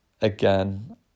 again